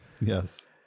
Yes